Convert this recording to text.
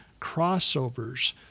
crossovers